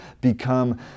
become